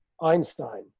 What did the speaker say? Einstein